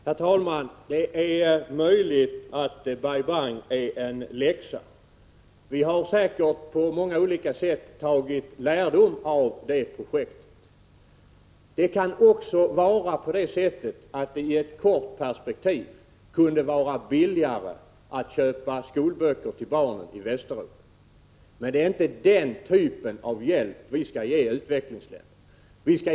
Herr talman! Det är möjligt att Bai Bang är en läxa. Vi har säkert på många olika sätt tagit lärdom av detta projekt. I ett kort perspektiv kunde det vara billigare att köpa skolböcker i Västeuropa, men det är inte den typen av hjälp vi skall ge utvecklingsländerna.